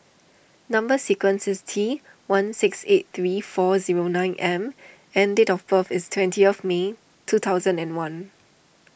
Number Sequence is T one six eight three four zero nine M and date of birth is twenty of May two thousand and one